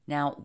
Now